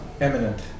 Eminent